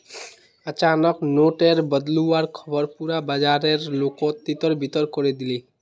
अचानक नोट टेर बदलुवार ख़बर पुरा बाजारेर लोकोत तितर बितर करे दिलए